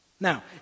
Now